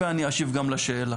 ואני אשיב גם לשאלה.